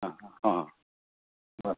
অ'